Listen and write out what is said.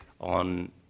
on